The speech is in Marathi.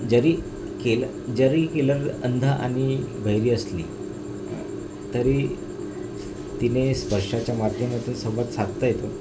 जरी केलं जरी केलं अंध आणि बहिरी असली तरी तिने स्पर्शाच्या माध्यमातून संवाद साधता येतो